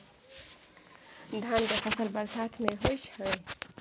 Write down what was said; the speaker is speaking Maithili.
धान के फसल बरसात में होय छै?